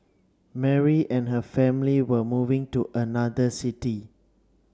Mary and her family were moving to another city